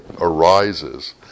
arises